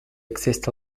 exist